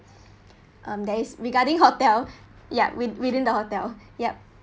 um there's regarding hotel ya when within the hotel yup